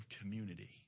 community